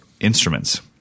instruments